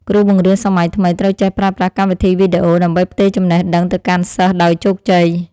គ្រូបង្រៀនសម័យថ្មីត្រូវចេះប្រើប្រាស់កម្មវិធីវីដេអូ ដើម្បីផ្ទេរចំណេះដឹងទៅកាន់សិស្សដោយជោគជ័យ។